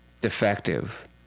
defective